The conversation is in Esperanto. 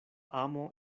amo